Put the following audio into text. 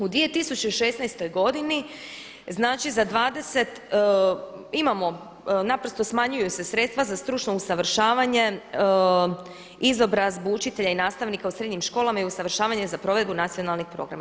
U 2016. godini znači za 20, imamo, naprosto smanjuju se sredstva za stručno usavršavanje, izobrazbu učitelja i nastavnika u srednjim školama i usavršavanje za provedbu nacionalnih programa.